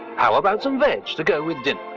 how about some veg to go with dinner?